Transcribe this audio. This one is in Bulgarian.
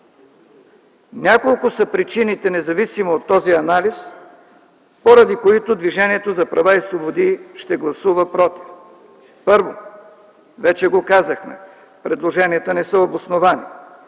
Няколко са причините, независимо от този анализ, поради които Движението за права и свободи ще гласува против. Първо, вече го казахме – предложенията не са обосновани.